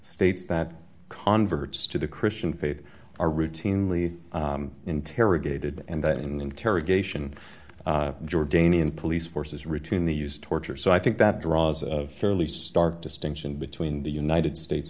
states that converts to the christian faith are routinely interrogated and that interrogation jordanian police forces routinely use torture so i think that draws of fairly stark distinction between the united states